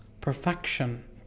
perfection